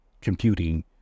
computing